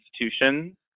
institutions